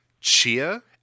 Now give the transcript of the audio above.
Chia